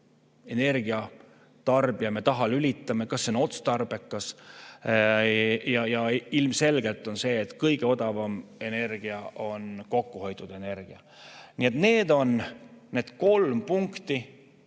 energiatarbija me sisse lülitame ja kas see on otstarbekas. Ilmselge on see, et kõige odavam energia on kokkuhoitud energia. Need on need kolm punkti: